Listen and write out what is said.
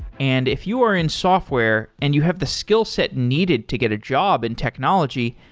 and if you are in software and you have the skillset needed to get a job in technology,